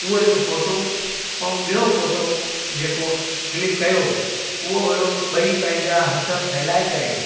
उहो हिकु फोटो ऐं ॿियो फोटो जेको क्लिक कयो उहो हुयो पंहिंजा हथ फहिलाए करे